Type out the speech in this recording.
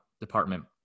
department